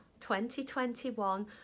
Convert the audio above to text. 2021